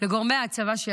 לגורמי הצבא,